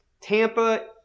Tampa